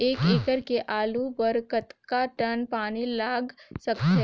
एक एकड़ के आलू बर कतका टन पानी लाग सकथे?